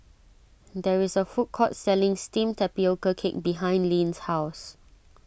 there is a food court selling Steamed Tapioca Cake behind Lyn's house